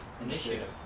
initiative